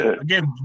again